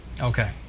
Okay